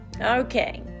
okay